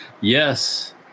yes